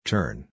Turn